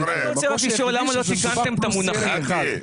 למה לא תיקנתם את המונחים?